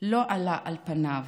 לא עלה על פניו.